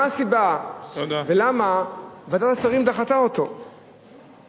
מה הסיבה ולמה ועדת השרים דחתה את הצעת החוק?